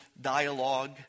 dialogue